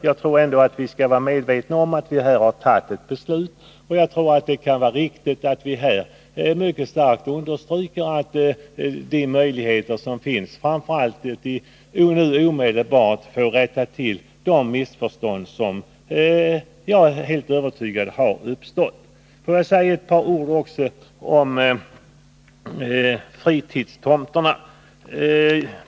Jag tror ändå vi skall vara medvetna om att vi har fattat ett beslut, och jag anser det riktigt att vi nu starkt understryker de möjligheter som finns att omedelbart rätta till de missförstånd som — det är jag helt övertygad om — har uppstått. Får jag säga ett par ord också om fritidstomterna.